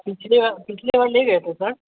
पिछली बार पिछली बार ले गए थे सर